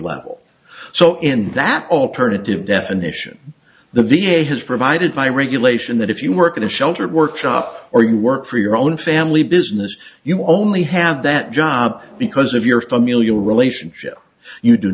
level so in that alternative definition the v a has provided by regulation that if you work in a sheltered workshop or you work for your own family business you only have that job because of your familial relationship you do